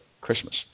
Christmas